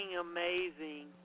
amazing